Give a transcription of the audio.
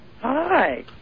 Hi